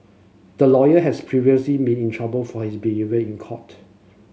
the lawyer has previous in been trouble for his behaviour in court